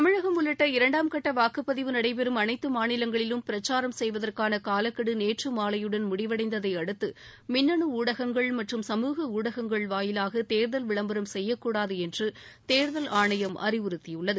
தமிழகம் உள்ளிட்ட இரண்டாம் கட்ட வாக்குப்பதிவு நடைபெறும் அனைத்து மாநிலங்களிலும் பிரச்சாரம் செய்வதற்கான காலக்கெடு நேற்று மாலையுடன் முடிவடைந்ததை அடுத்து மின்னனு ஊடகங்கள் மற்றும் சமூக ஊடகங்கள் வாயிலாக தேர்தல் விளம்பரம் செய்யக்கூடாது என்று தேர்தல் ஆணையம் அறிவுறுத்தியுள்ளது